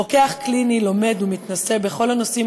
רוקח קליני לומד ומתנסה בכלל הנושאים